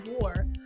war